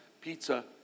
pizza